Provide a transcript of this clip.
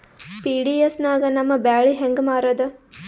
PDS ನಾಗ ನಮ್ಮ ಬ್ಯಾಳಿ ಹೆಂಗ ಮಾರದ?